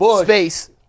space